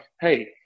hey –